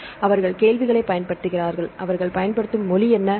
எனவே அவர்கள் கேள்விகளைப் பயன்படுத்துகிறார்கள் அவர்கள் பயன்படுத்தும் மொழி என்ன